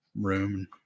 room